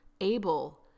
able